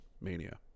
mania